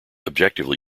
objectively